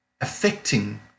affecting